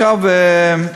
סגן השר,